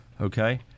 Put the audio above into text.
okay